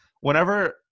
Whenever